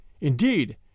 Indeed